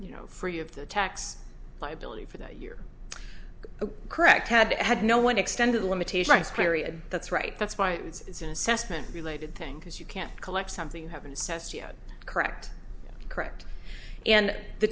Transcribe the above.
you know free of the tax liability for that year correct had had no one extended limitations clary and that's right that's why it's an assessment related thing because you can't collect something you have incest yet correct correct and the